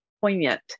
poignant